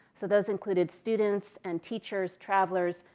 so those included students and teachers, travelers,